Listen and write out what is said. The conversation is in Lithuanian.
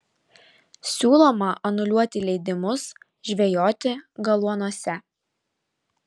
siūloma anuliuoti leidimus žvejoti galuonuose